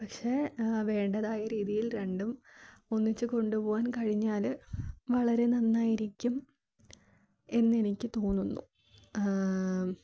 പക്ഷേ വേണ്ടതായ രീതിയിൽ രണ്ടും ഒന്നിച്ചു കൊണ്ടുപോകാൻ കഴിഞ്ഞാൽ വളരെ നന്നായിരിക്കും എന്ന് എനിക്കു തോന്നുന്നു